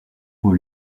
aux